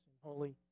holy